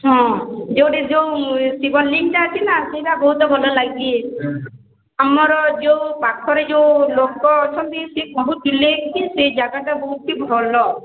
ହଁ ଯୋଉଠି ଯୋଉ ଶିବ ଲିଙ୍ଗ୍ ଟା ଅଛି ନାଁ ସେଇଟା ବହୁତ ଭଲଲାଗେ ଆମର ଯୋଉ ପାଖରେ ଯୋଉ ଲୋକ ଅଛନ୍ତି ସିଏ କହୁଥିଲେ କି ସେ ଜାଗାଟା ବହୁତ ହି ଭଲ